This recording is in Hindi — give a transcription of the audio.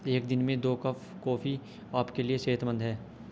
एक दिन में दो कप कॉफी आपके लिए सेहतमंद है